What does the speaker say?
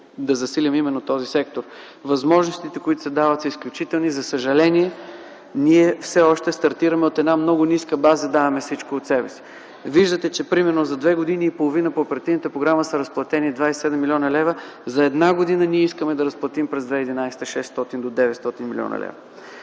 не засилим именно този сектор. Възможностите, които се дават, са изключителни. За съжаление, ние все още стартираме от много ниска база и даваме всичко от себе си. Виждате, че примерно за две години и половина по оперативната програма са разплатени 27 млн. лв. За една година – през 2011 г., ние искаме да разплатим 600 до 900 млн. лв.